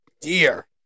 dear